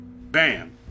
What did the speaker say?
BAM